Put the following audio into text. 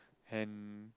ham